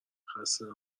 خسته